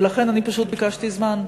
ולכן פשוט ביקשתי זמן להיערך,